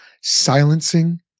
silencing